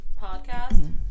Podcast